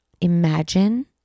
Imagine